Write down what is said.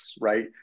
right